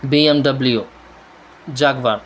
BMW jaguar